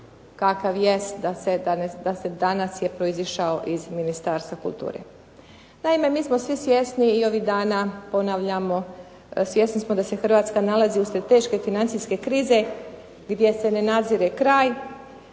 kakav jest da se, danas je proizašao iz Ministarstva kulture. Naime, mi smo svi svjesni i ovih dana ponavljamo, svjesni smo da se Hrvatska nalazi usred teške financijske krize gdje se ne nazire kraj